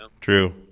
True